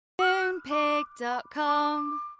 Moonpig.com